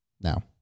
Now